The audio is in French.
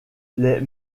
les